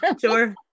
Sure